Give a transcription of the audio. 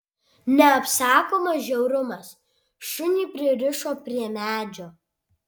neapsakomas žiaurumas šunį pririšo prie medžio